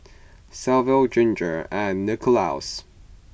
Sylva Ginger and Nicholaus